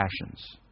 passions